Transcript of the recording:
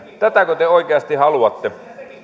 tätäkö te oikeasti haluatte